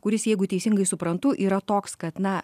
kuris jeigu teisingai suprantu yra toks kad na